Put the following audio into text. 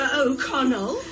o'connell